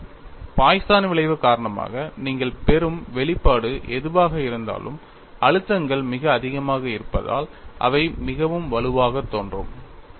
poison விளைவு காரணமாக நீங்கள் பெறும் வெளிப்பாடு எதுவாக இருந்தாலும் அழுத்தங்கள் மிக அதிகமாக இருப்பதால் அவை மிகவும் வலுவாக தோன்றும் சரி